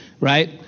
Right